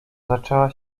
zaczęła